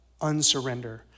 unsurrender